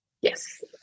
Yes